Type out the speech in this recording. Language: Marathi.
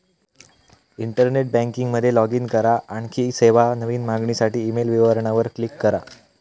इंटरनेट बँकिंग मध्ये लाॅग इन करा, आणखी सेवा, नवीन मागणीसाठी ईमेल विवरणा वर क्लिक करा